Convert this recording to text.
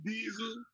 Diesel